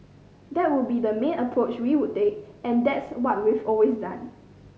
that would be the main approach we would take and that's what we've always done